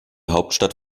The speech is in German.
hauptstadt